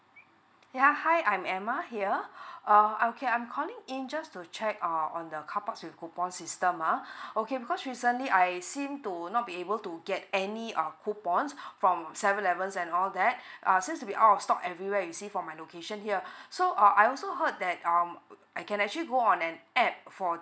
yeah hi I'm emma here err okay I'm calling in just to check err on the car park with coupon system uh okay because recently I seem to not be able to get any err coupons from seven eleven and all that err seems to be out of stock everywhere you see for my location here so err I also heard that um I can actually go on an app for